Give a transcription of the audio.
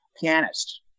pianist